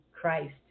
Christ